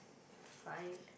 five